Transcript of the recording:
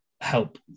help